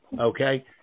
okay